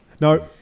No